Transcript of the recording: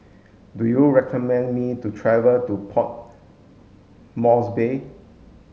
do you recommend me to travel to Port Moresby